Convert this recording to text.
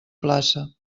plaça